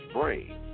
brain